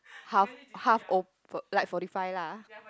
half half open like forty five lah